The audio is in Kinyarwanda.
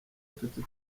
tuti